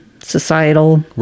societal